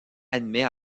admet